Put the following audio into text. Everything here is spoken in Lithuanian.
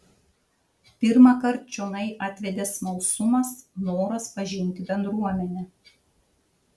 pirmąkart čionai atvedė smalsumas noras pažinti bendruomenę